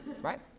Right